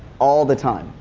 all the time.